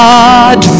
God